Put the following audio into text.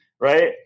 right